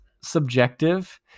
subjective